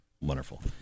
wonderful